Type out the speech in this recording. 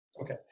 Okay